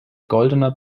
goldener